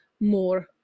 more